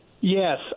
Yes